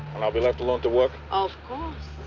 i'll be left alone to work? of course.